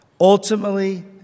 ultimately